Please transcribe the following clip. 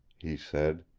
he said.